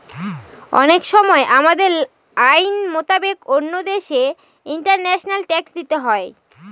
অনেক সময় আমাদের আইন মোতাবেক অন্য দেশে ইন্টারন্যাশনাল ট্যাক্স দিতে হয়